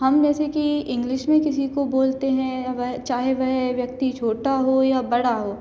हम जैसे कि इंग्लिश में किसी को बोलते हैं या वह चाहे वह व्यक्ति छोटा हो या बड़ा हो